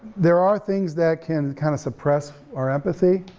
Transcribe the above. there are things that can kind of suppress our empathy.